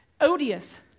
odious